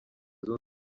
zunze